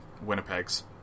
Winnipeg's